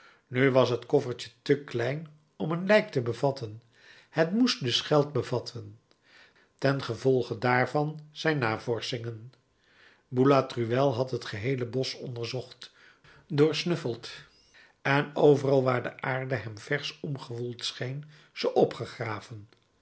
nu was het koffertje te klein om een lijk te bevatten het moest dus geld bevatten tengevolge daarvan zijn navorschingen boulatruelle had het geheele bosch onderzocht doorsnuffeld en overal waar de aarde hem versch omgewoeld scheen ze opgegraven